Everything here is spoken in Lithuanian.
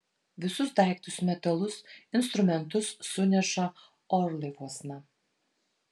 visus daiktus metalus instrumentus suneša orlaiviuosna